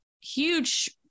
huge